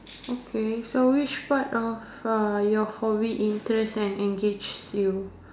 okay so which part of uh your hobby interests and engages you